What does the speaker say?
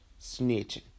Snitching